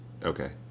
Okay